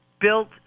built